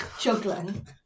juggling